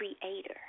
creator